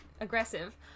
Aggressive